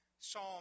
psalm